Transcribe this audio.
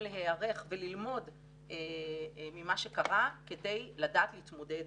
להיערך וללמוד ממה שקרה כדי לדעת להתמודד